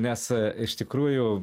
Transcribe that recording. nes iš tikrųjų